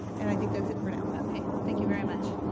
and i think that's it for now. okay, thank you very much.